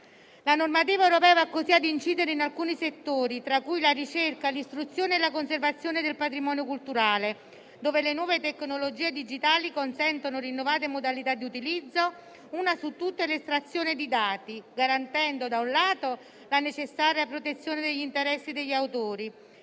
La normativa europea va così a incidere su alcuni settori, tra cui la ricerca, l'istruzione e la conservazione del patrimonio culturale, in cui le nuove tecnologie digitali consentono rinnovate modalità di utilizzo, una su tutte l'estrazione di dati, garantendo, da un lato, la necessaria protezione degli interessi degli autori